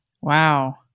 wow